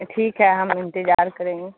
ٹھیک ہے ہم انتجار کریں گے